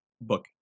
book